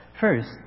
First